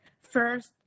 first